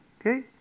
Okay